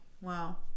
Wow